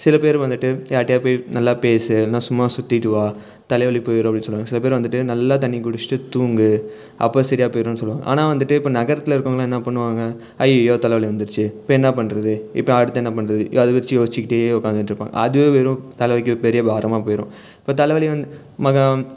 சில பேர் வந்துட்டு யார்கிட்டயாவது போய் நல்லா பேசு இல்லை சும்மா சுற்றிட்டு வா தலைவலி போய்விடும் அப்படின்னு சொல்லுவாங்க சில பேர் வந்துட்டு நல்லா தண்ணி குடிச்சுட்டு தூங்கு அப்போ சரியா போய்விடும் சொல்லுவாங்க ஆனால் வந்துட்டு இப்போ நகரத்தில் இருக்கிறவங்களாம் என்ன பண்ணுவாங்க அய்யயோ தலை வலி வந்துடுச்சு இப்போ என்ன பண்ணுறது இப்போ அடுத்து என்ன பண்ணுறது அது வச்சு யோசிச்சுக்கிட்டே உட்காந்துட்ருப்பாங்க அதுவே வெறும் தலைவலிக்கு பெரிய பாரமாக போயிடும் இப்போ தலை வலி வந்து மக